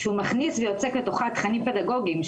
שהוא מכניס ויוצק לתוכה תכנים פדגוגיים.